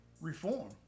reform